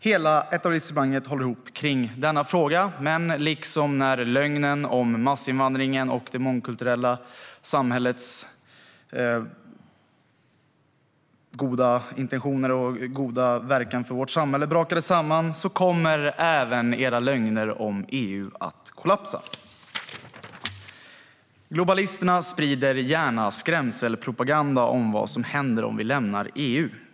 Hela etablissemanget håller ihop kring denna fråga, men liksom när lögnen om massinvandringens och det mångkulturella samhällets goda intentioner och goda verkan för vårt samhälle brakade samman kommer även era lögner om EU att kollapsa. Globalisterna sprider gärna skrämselpropaganda om vad som händer om vi lämnar EU.